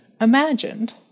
imagined